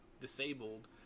disabled